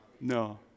No